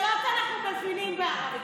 קללות אנחנו מבינים בערבית.